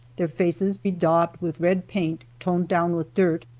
their faces bedaubed with red paint toned down with dirt,